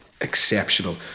exceptional